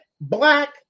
black